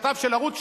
כתב של ערוץ-2,